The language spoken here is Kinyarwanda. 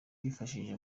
yifashishije